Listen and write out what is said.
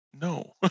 No